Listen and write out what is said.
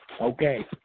Okay